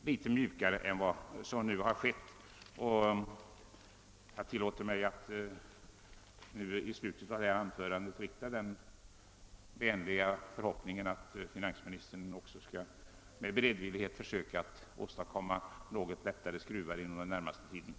Till slut tillåter jag mig att ge uttryck åt förhoppningen att finansministern inom den närmaste tiden skall vara villig att försöka lossa på kreditskruvarna.